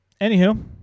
Anywho